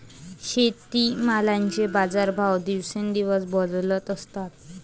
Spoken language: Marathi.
शेतीमालाचे बाजारभाव दिवसेंदिवस बदलत असतात